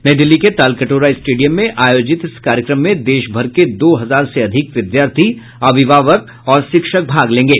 नई दिल्ली के Talkatora stadium में आयोजित इस कार्यक्रम में देशभर के दो हजार से अधिक विद्यार्थी अभिभावक और शिक्षक भाग लेंगे